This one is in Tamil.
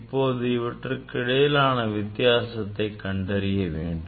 இப்போது இவற்றுக்கு இடையிலான வித்தியாசத்தை கண்டறிய வேண்டும்